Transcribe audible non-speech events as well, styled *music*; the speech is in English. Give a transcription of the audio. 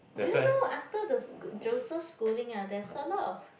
do you know after the *noise* Joseph-Schooling ah there's a lot of